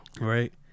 Right